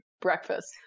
breakfast